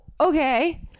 Okay